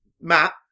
Matt